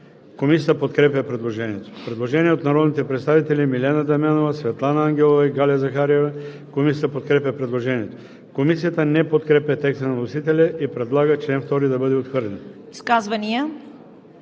Комисията подкрепя предложението. Предложение от народните представители Милена Дамянова, Светлана Ангелова и Галя Захариева. Комисията подкрепя предложението. Комисията не подкрепя текста на вносителя и предлага чл. 2 да бъде отхвърлен.